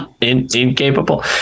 incapable